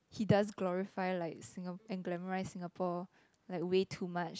he does glorify like Singa~ and glamourize Singapore like way too much